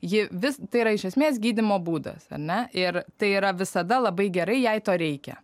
ji vis tai yra iš esmės gydymo būdas ar ne ir tai yra visada labai gerai jei to reikia